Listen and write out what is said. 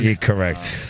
Correct